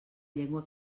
llengua